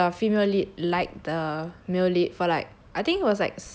like so basically the female lead like the male lead for like